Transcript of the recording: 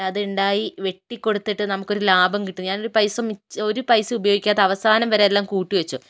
അതുണ്ടായി വെട്ടികൊടുത്തിട്ട് നമുക്കൊരു ലാഭം കിട്ടുന്നു ഞാനൊരു പൈസ മിച്ചം ഒരു പൈസ ഉപയോഗിക്കാതെ അവസാനം വരെ എല്ലാം കൂട്ടി വച്ചു